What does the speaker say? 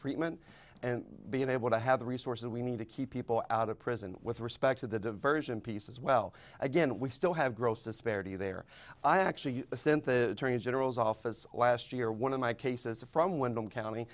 treatment and be able to have the resources we need to keep people out of prison with respect to the diversion pieces well again we still have gross disparity there i actually spent the general's office last year one of my cases from wyndham county